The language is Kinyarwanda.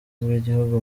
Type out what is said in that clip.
bw’igihugu